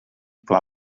pla